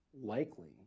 likely